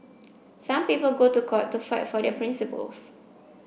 some people go to court to fight for their principles